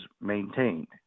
maintained